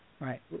Right